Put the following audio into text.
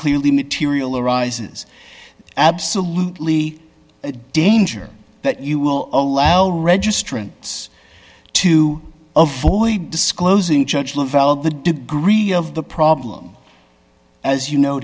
clearly material arises absolutely a danger that you will allow registrants to avoid disclosing judge lavelle the degree of the problem as you no